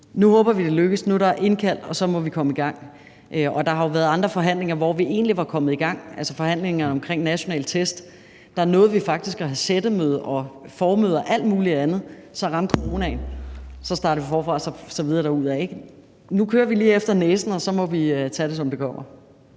Nu håber vi, det lykkes, nu er der indkaldt, og så må vi komme i gang. Der har jo været andre forhandlinger, hvor vi egentlig var kommet i gang, og i forbindelse med forhandlingerne om nationale tests nåede vi faktisk at have sættemøde og formøde og alt muligt andet, men så ramte coronaen, og så startede vi forfra og så videre derudad. Nu kører vi lige efter næsen, og så må vi tage det, som det kommer.